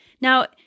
Now